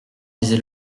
disait